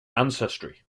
ancestry